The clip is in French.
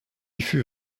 fut